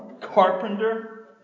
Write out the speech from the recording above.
carpenter